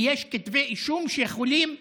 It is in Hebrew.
ויש כתבי אישום שיכולים לפגוע,